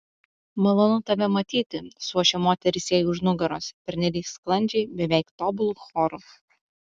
malonu tave matyti suošė moterys jai už nugaros pernelyg sklandžiai beveik tobulu choru